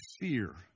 fear